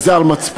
וזה על מצפונך.